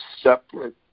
separate